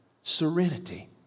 Serenity